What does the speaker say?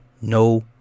no